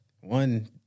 one